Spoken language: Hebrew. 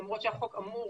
למרות שהחוק אמור